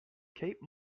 cape